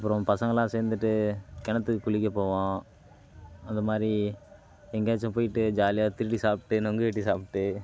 அப்புறம் பசங்கெல்லாம் சேர்ந்துட்டு கிணத்துக்கு குளிக்க போவோம் அந்த மாதிரி எங்கேயாச்சும் போயிட்டு ஜாலியா திருடி சாப்பிட்டு நொங்கு வெட்டி சாப்பிட்டு